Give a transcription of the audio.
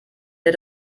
der